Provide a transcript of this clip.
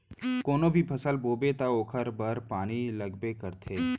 कोनो भी फसल बोबे त ओखर बर पानी लगबे करथे